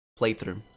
playthrough